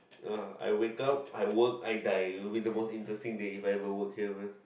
uh I wake up I work I die it will be the most interesting day if I'll work here man